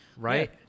Right